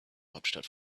hauptstadt